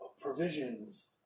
Provisions